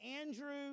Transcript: Andrew